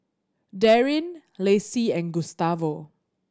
Darrin Lacie and Gustavo